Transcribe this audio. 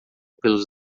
pelos